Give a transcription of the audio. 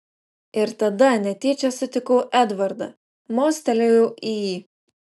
ir tada netyčia sutikau edvardą mostelėjau į jį